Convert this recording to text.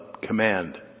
command